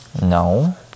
no